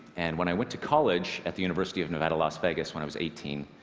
and when i went to college at the university of nevada, las vegas when i was eighteen,